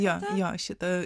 jo jo šitą